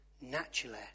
naturally